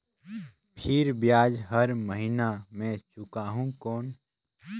फिर ब्याज हर महीना मे चुकाहू कौन?